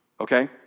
okay